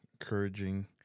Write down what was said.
encouraging